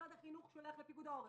משרד החינוך שולח לפיקוד העורף,